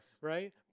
right